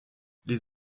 les